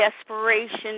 desperation